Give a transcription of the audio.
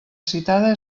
citada